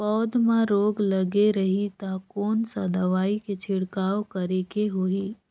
पौध मां रोग लगे रही ता कोन सा दवाई के छिड़काव करेके होही?